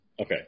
okay